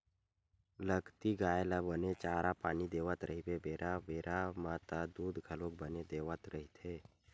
लगती गाय ल बने चारा पानी देवत रहिबे बेरा बेरा म त दूद घलोक बने देवत रहिथे